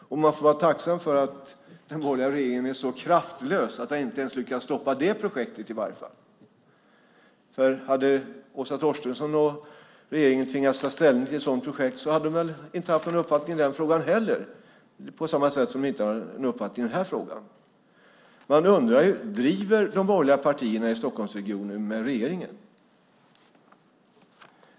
Och man får vara tacksam för att den borgerliga regeringen är så kraftlös att den inte i alla fall inte orkar stoppa det projektet. Hade Åsa Torstensson och regeringen tvingats ta ställning till ett sådant projekt hade de väl inte haft någon uppfattning i den frågan heller, på samma sätt som de inte har någon uppfattning i den här frågan. Man undrar: Driver de borgerliga partierna i Stockholmsregionen med regeringen?